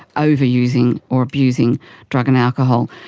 over-using or abusing drugs and alcohol,